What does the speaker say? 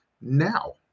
now